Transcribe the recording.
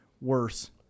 worse